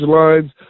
lines